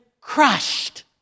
crushed